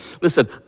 Listen